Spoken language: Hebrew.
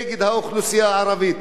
נגד האוכלוסייה הערבית.